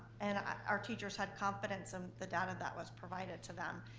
and our teachers had confidence in the data that was provided to them.